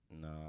No